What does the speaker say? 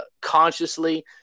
consciously